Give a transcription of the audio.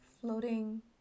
floating